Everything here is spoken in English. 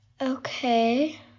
Okay